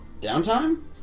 downtime